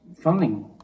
funding